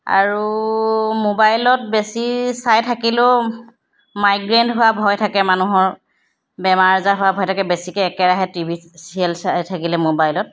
আৰু মোবাইলত বেছি চাই থাকিলেও মাইগ্ৰেণ হোৱা ভয় থাকে মানুহৰ বেমাৰ আজাৰ হোৱাৰ ভয় থাকে বেছিকৈ একেৰাহে টি ভি ছিৰিয়েল চাই থাকিলে মোবাইলত